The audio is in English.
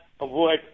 Avoid